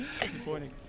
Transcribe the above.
Disappointing